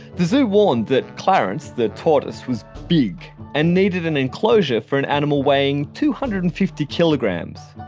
the zoo warned that clarence the tortoise was big and needed an enclosure for an animal weighing two hundred and fifty kilograms,